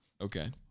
Okay